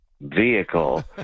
vehicle